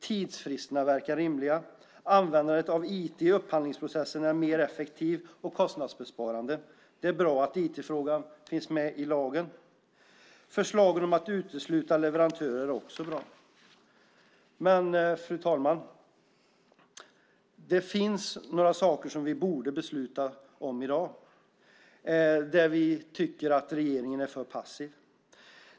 Tidsfristerna verkar rimliga. Användandet av IT i upphandlingsprocessen är mer effektivt och kostnadsbesparande. Det är bra att IT-frågan kommer med i lagen. Förslagen om att utesluta leverantörer är också bra. Fru talman! Det är några saker till som vi borde besluta om i dag och där vi tycker att regeringen är för passiv.